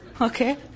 Okay